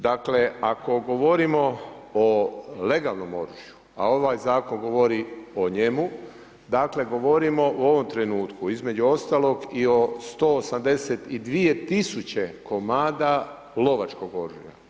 Dakle, ako govorimo o legalnom oružju, a ovaj Zakon govori o njemu, dakle govorimo u ovom trenutku između ostalog i o 182 tisuće komada lovačkog oružja.